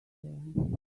there